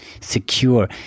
Secure